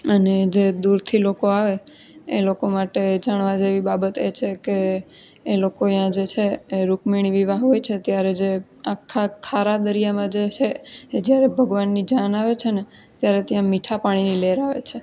અને જે દૂરથી લોકો આવે એ લોકો માટે જાણવા જેવી બાબત એ છે કે એ લોકો અહીંયા જે છે એ રુકમણી વિવાહ હોય છે ત્યારે જે આખા ખારા દરિયામાં જે છે એ જ્યારે ભગવાનની જાન આવે છે ને ત્યારે ત્યાં મીઠા પાણીની લહેર આવે છે